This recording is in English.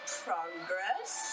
progress